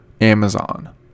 amazon